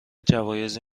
جوایزی